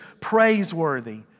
praiseworthy